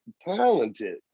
talented